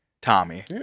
Tommy